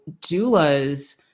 doulas